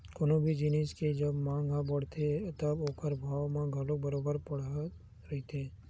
कोनो भी जिनिस के जब मांग ह बड़थे तब ओखर भाव ह घलो बरोबर बड़त रहिथे